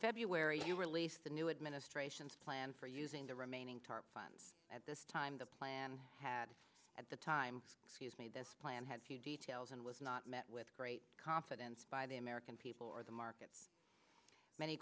february you released the new administration's plan for using the remaining tarp funds at this time the plan had at the time excuse me this plan had few details and was not met with great confidence by the american people or the markets many